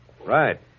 Right